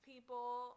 people